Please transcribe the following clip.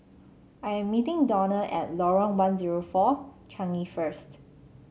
I am meeting Donna at Lorong one zero four Changi first